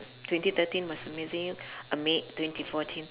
twenty thirteen was amazing uh made twenty fourteen